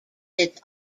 its